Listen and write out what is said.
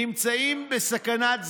נמצאות בסכנת סגירה.